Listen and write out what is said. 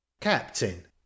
Captain